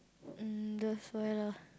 mm that's why lah